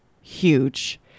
huge